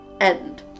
end